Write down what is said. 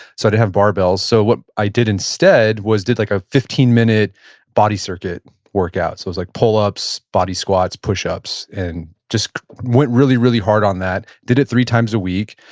so i'd have barbells. so what i did instead was did like a fifteen minute body circuit workouts. it was like pull ups, body squats, pushups, and just went really, really hard on that. did it three times a week,